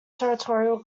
territorial